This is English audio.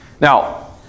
Now